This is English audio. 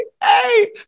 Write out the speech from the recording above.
Hey